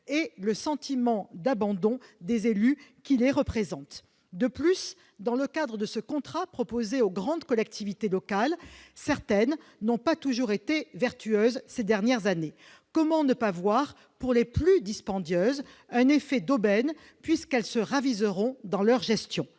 et le sentiment d'abandon des élus qui les représentent. De plus, dans le cadre de ce contrat proposé aux grandes collectivités locales, certaines d'entre elles n'ont pas toujours été vertueuses ces dernières années. Comment ne pas voir dans la contractualisation, pour les collectivités les plus dispendieuses, un effet d'aubaine, puisqu'elles se raviseront dans leur gestion ?